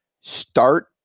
start